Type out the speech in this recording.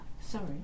Sorry